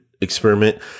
experiment